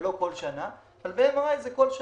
ולא בכל שנה אבל ב-MRI זה בכל שנה.